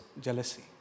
jealousy